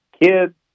kids